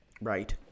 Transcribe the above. right